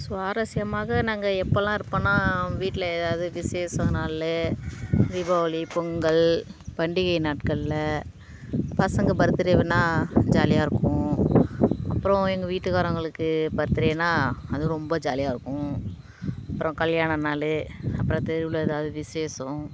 சுவாரஸ்யமாக நாங்கள் எப்போல்லாம் இருப்போம்னால் வீட்டில் எதாவது விசேஷம் நாள் தீபாவளி பொங்கல் பண்டிகை நாட்களில் பசங்க பர்த்டேனால் ஜாலியாக இருக்கும் அப்புறம் எங்கள் வீட்டுக்காரங்களுக்கு பர்த்டேனால் அது ரொம்ப ஜாலியாக இருக்கும் அப்புறம் கல்யாண நாள் அப்புறம் தெருவில் எதாவது விசேஷம்